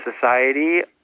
society